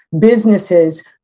businesses